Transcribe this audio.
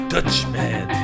Dutchman